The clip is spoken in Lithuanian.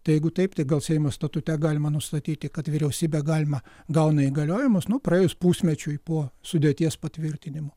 tai jeigu taip tai gal seimo statute galima nustatyti kad vyriausybė galima gauna įgaliojimus nu praėjus pusmečiui po sudėties patvirtinimo